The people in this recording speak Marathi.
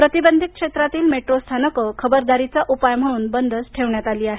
प्रतिबंधित क्षेत्रातील मेट्रो स्थानकं खबरदारीचा उपाय म्हणून बंदच ठेवण्यात आली आहेत